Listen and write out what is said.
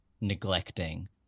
neglecting